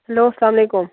hello اسلام علیکُم